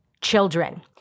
children